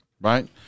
Right